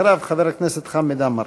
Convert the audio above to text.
אחריו, חבר הכנסת חמד עמאר.